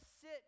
sit